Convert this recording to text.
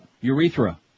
Urethra